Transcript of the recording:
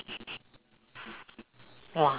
!wah!